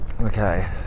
Okay